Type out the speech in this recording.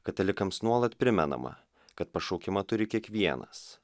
katalikams nuolat primenama kad pašaukimą turi kiekvienas